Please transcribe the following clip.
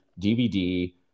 dvd